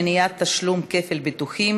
מניעת תשלום כפל ביטוחים),